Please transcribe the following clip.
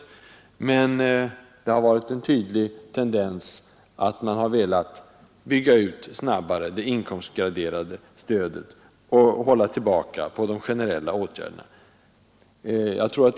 Men det har varit en tydlig tendens att man velat bygga ut det inkomstgraderade stödet snabbare och hålla tillbaka de generella åtgärderna.